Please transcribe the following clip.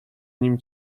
nim